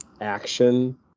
action